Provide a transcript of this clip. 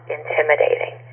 intimidating